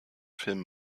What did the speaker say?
film